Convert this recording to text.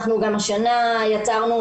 אנחנו גם השנה יצרנו